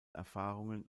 erfahrungen